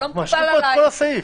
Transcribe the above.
לא, לא את זה אני רוצה.